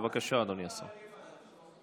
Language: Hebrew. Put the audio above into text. בבקשה, אדוני השר.